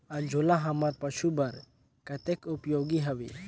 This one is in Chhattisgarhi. अंजोला हमर पशु बर कतेक उपयोगी हवे?